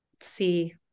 see